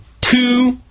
two